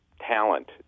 talent